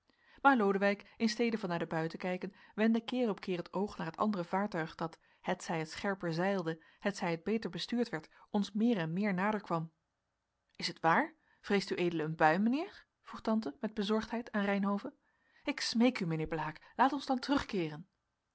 maar lodewijk in stede van naar de bui te kijken wendde keer op keer het oog naar het andere vaartuig dat hetzij het scherper zeilde hetzij het beter bestuurd werd ons meer en meer naderkwam is het waar vreest ued een bui mijnheer vroeg tante met bezorgdheid aan reynhove ik smeek u mijnheer blaek laat ons dan terugkeeren